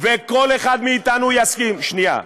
יש לי, שנייה.